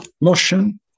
motion